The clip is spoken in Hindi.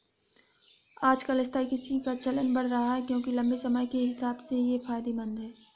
आजकल स्थायी कृषि का चलन बढ़ रहा है क्योंकि लम्बे समय के हिसाब से ये फायदेमंद है